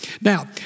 Now